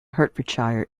hertfordshire